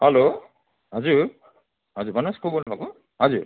hello हजुर हजुर भन्नुहोस् को बोल्नुभएको हजुर